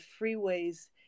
freeways